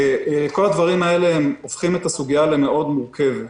כל הדברים האלה הופכים את הסוגיה למורכבת מאוד.